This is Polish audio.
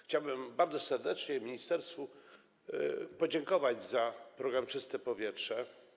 Chciałbym bardzo serdecznie ministerstwu podziękować za program „Czyste powietrze”